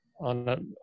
on